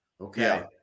Okay